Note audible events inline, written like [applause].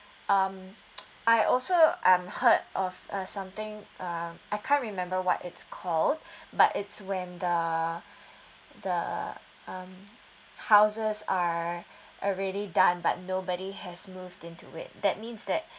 um [noise] I also I'm heard of uh something uh I can't remember what it's called but it's when the the um houses are already done but nobody has moved into it that means that